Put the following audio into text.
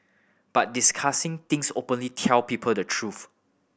but discussing things openly tell people the truth